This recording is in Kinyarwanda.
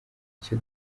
icyo